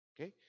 Okay